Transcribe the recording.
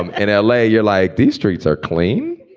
um in l a, you're like, these streets are clean.